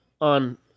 on